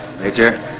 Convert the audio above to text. Major